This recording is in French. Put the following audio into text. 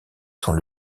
sont